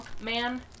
Man